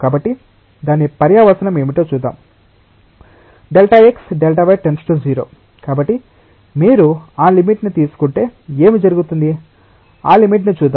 కాబట్టి దాని పర్యవసానం ఏమిటో చూద్దాం Δx Δy → 0 కాబట్టి మీరు ఆ లిమిట్ ని తీసుకుంటే ఏమి జరుగుతుంది ఆ లిమిట్ ని చూద్దాం